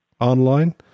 online